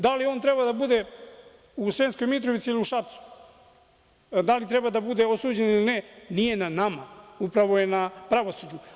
Da li on treba da bude u Sremskoj Mitrovici ili u Šapcu, da li treba da bude osuđen ili ne, nije na nama, upravo je na pravosuđu.